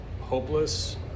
hopeless